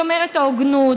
לשמר את ההוגנות,